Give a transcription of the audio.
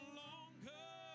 longer